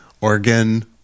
Organ